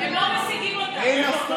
הם לא משיגים אותה.